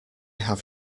have